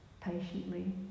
patiently